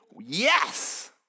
Yes